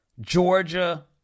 Georgia